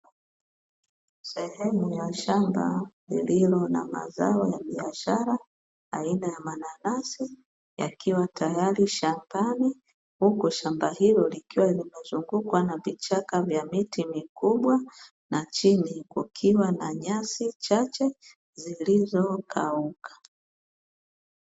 Sehemu ya shamba lililo na mazao ya biashara aina ya mananasi yakiwa tayari shambani, huku shamba hilo likiwa limezungukwa na vichaka vya miti mikubwa na chini kukiwa na nyasi chache zilizo kauka.